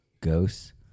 ghosts